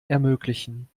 ermöglichen